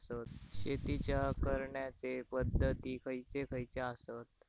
शेतीच्या करण्याचे पध्दती खैचे खैचे आसत?